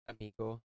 Amigo